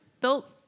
built